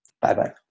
Bye-bye